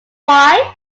why